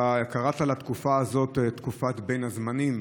אתה קראת לתקופה הזאת תקופת בין הזמנים,